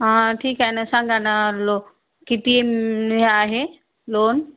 हा ठीक आहे ना सांगा ना लो किती हे आहे लोन